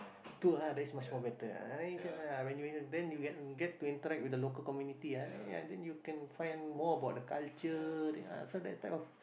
too ah that's much more better ah you can ah when you in the then you get to interact with the local community ah then ah you can find more about the culture then so that type of